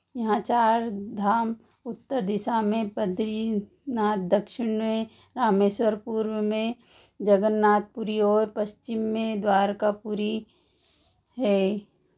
यहाँ चारधाम उत्तर दिशा में बद्रीनाथ दक्षिण में रामेश्वर पूर्व में जगन्नाथपुरी और पश्चिमी द्वारकापुरी है